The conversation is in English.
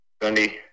Gundy